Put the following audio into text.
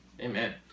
Amen